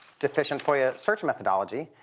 deficient foia search methodology,